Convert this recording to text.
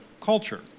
culture